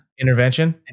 Intervention